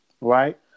right